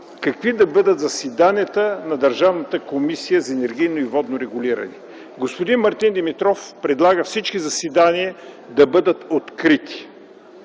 какви да бъдат заседанията на Държавната комисия за енергийно и водно регулиране. Господин Мартин Димитров предлага всички заседания да бъдат открити.